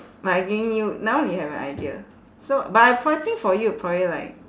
but I giving you now you have an idea so but I probably think for you probably like